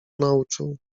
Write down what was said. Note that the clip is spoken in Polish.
nauczył